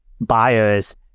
buyers